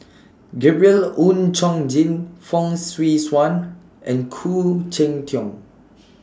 Gabriel Oon Chong Jin Fong Swee Suan and Khoo Cheng Tiong